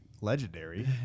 legendary